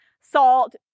salt